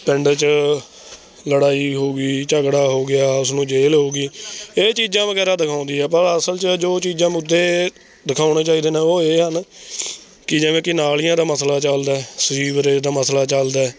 ਪਿੰਡ 'ਚ ਲੜਾਈ ਹੋ ਗਈ ਝਗੜਾ ਹੋ ਗਿਆ ਉਸਨੂੰ ਜੇਲ ਹੋ ਗਈ ਇਹ ਚੀਜ਼ਾਂ ਵਗੈਰਾ ਦਿਖਾਉਂਦੀ ਆ ਪਰ ਅਸਲ 'ਚ ਜੋ ਚੀਜ਼ਾਂ ਮੁੱਦੇ ਦਿਖਾਉਣੇ ਚਾਹੀਦੇ ਨੇ ਉਹ ਇਹ ਹਨ ਕਿ ਜਿਵੇਂ ਕਿ ਨਾਲੀਆਂ ਦਾ ਮਸਲਾ ਚਲਦਾ ਹੈ ਸੀਵਰੇਜ ਦਾ ਮਸਲਾ ਚਲਦਾ ਹੈ